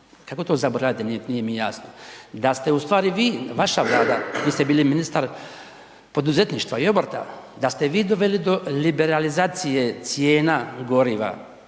Kako to zaboravljate, nije mi jasno? Da ste u stvari vi, vaša Vlada, vi ste bili ministar poduzetništva i obrta, da ste vi doveli do liberalizacije cijena goriva